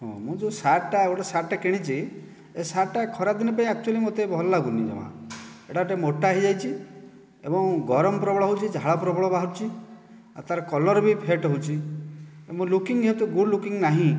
ହଁ ମୁଁ ଯେଉଁ ସାର୍ଟଟା ଗୋଟେ ସାର୍ଟଟା କିଣିଛି ଏ ସାର୍ଟଟା ଖରା ଦିନ ପାଇଁ ଏକଚୁଆଲି ଭଲ ଲାଗୁନି ଜମା ଏଟା ଟିକେ ମୋଟା ହୋଇ ଯାଇଛି ଏବଂ ଗରମ ପ୍ରବଳ ହେଉଛି ଝାଳ ପ୍ରବଳ ବାହାରୁଛି ଆଉ ତାର କଲର ବି ଫେଡ଼ ହେଉଛି ମୋ ଲୁକିଙ୍ଗ ଏତେ ଗୁଡ଼ ଲୁକିଙ୍ଗ ନାହିଁ